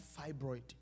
fibroid